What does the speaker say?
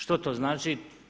Što to znači?